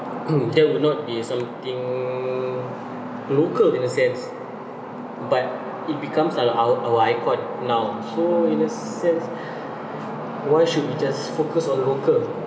that will not be something local in a sense but it becomes an our our icon now so in a sense why should we just focus on local